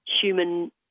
human